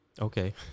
Okay